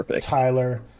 Tyler